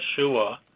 Yeshua